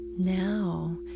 Now